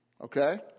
okay